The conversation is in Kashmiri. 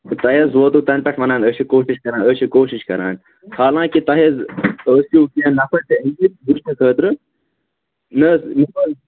تۄہہِ حظ ووٚتوٕ تَنہٕ پٮ۪ٹھ وَنان أسۍ چھِ کوٗشِش کَران أسۍ چھِ کوٗشِش کَران حالانٛکہِ تۄہہِ حظ ٲسوٕ کیٚنٛہہ نَفر تہِ أنۍمٕتۍ وُچھنہٕ خٲطرٕ نہَ حظ